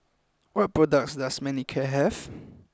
what products does Manicare have